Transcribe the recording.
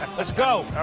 let's go.